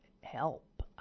help